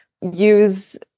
use